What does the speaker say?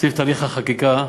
סביב תהליך החקיקה.